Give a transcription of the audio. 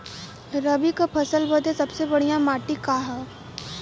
रबी क फसल बदे सबसे बढ़िया माटी का ह?